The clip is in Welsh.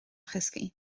chysgu